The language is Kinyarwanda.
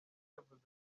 yavuze